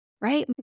Right